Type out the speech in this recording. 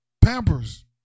Pampers